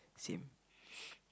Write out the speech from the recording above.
same